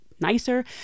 nicer